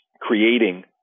creating